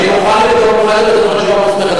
אני מוכן לבדוק לך את זה ולתת לך תשובה מוסמכת,